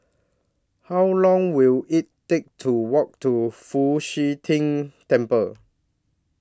How Long Will IT Take to Walk to Fu Xi Tang Temple